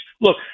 Look